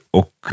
och